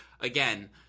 again